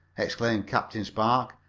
exclaimed captain spark,